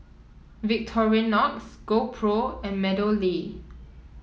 Victorinox GoPro and MeadowLea